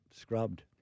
scrubbed